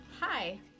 hi